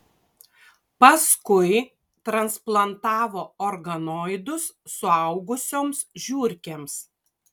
paskui transplantavo organoidus suaugusioms žiurkėms